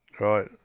Right